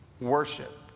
worship